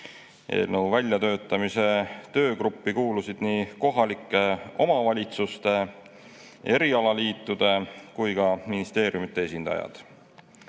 Eelnõu väljatöötamise töögruppi kuulusid nii kohalike omavalitsuste, erialaliitude kui ka ministeeriumide esindajad.